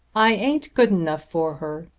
i ain't good enough for her!